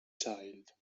child